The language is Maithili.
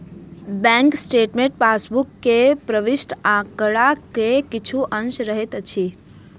बैंक स्टेटमेंट पासबुक मे प्रविष्ट आंकड़ाक किछु अंश रहैत अछि